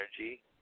energy